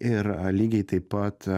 ir lygiai taip pat